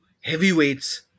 heavyweights